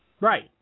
Right